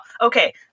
okay